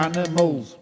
Animals